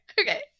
Okay